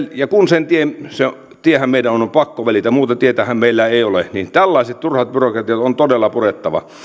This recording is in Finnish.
ja se tiehän meidän on on pakko käydä muuta tietähän meillä ei ole niin tällaiset turhat byrokratiat on todella purettava